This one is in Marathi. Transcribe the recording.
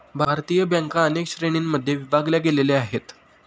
भारतीय बँका अनेक श्रेणींमध्ये विभागल्या गेलेल्या आहेत